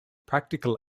practical